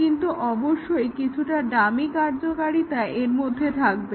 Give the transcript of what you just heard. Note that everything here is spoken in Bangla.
কিন্তু অবশ্যই কিছুটা ডামি কার্যকারিতা এর মধ্যে থাকবে